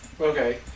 Okay